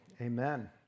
Amen